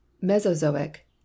mesozoic